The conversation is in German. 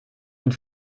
und